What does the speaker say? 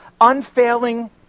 unfailing